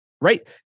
right